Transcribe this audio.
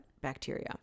bacteria